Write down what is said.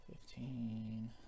Fifteen